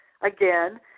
again